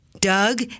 Doug